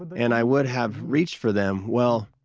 and i would have reached for them, well,